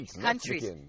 countries